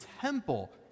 temple